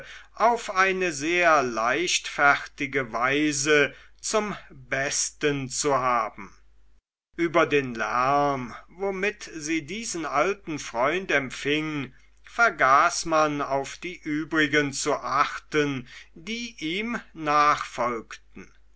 auf eine sehr leichtfertige weise zum besten zu haben über den lärm womit sie diesen alten freund empfing vergaß man auf die übrigen zu achten die ihm nachfolgten